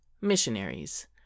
missionaries